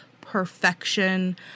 perfection